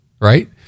Right